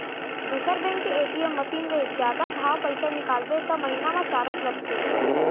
दूसर बेंक के ATM machine ले जादा घांव पइसा निकालबे त महिना म चारज लगथे